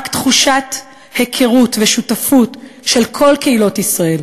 רק תחושת היכרות ושותפות של כל קהילות ישראל,